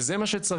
וזה מה שצריך,